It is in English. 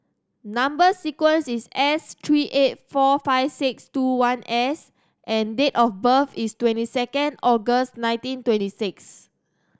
number sequence is S three eight four five six two one S and date of birth is twenty second August nineteen twenty six